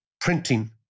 printing